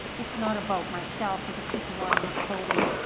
it's not about myself or the people on this podium,